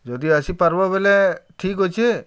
ଯଦି ଆସିପାର୍ବ ହେଲେ ଠିକ୍ ଅଛେ